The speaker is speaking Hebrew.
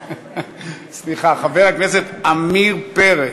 סליחה, חבר הכנסת עמיר פרץ.